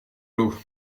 l’eau